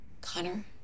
Connor